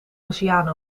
oceaan